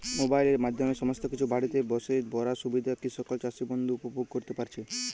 মোবাইলের মাধ্যমে সমস্ত কিছু বাড়িতে বসে করার সুবিধা কি সকল চাষী বন্ধু উপভোগ করতে পারছে?